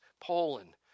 Poland